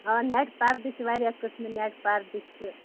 آ ںٮ۪ٹ پَردٕ چھِ واریاہ قٕسمہٕ نٮ۪ٹ پَردٕ چھِ